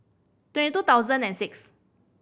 twenty two thousand and six